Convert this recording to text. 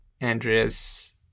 Andrea's